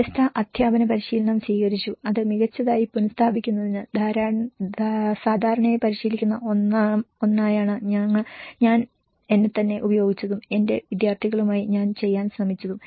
വ്യത്യസ്ത അധ്യാപന പരിശീലനം സ്വീകരിച്ചു അത് മികച്ചതായി പുനഃസ്ഥാപിക്കുന്നതിന് സാധാരണയായി പരിശീലിക്കുന്ന ഒന്നായാണ് ഞാൻ എന്നെത്തന്നെ ഉപയോഗിച്ചതും എന്റെ വിദ്യാർത്ഥികളുമായി ഞാൻ ചെയ്യാൻ ശ്രമിച്ചതും